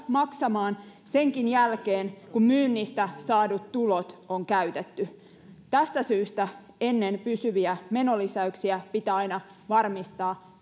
maksamaan senkin jälkeen kun myynnistä saadut tulot on käytetty tästä syystä ennen pysyviä menolisäyksiä pitää aina varmistaa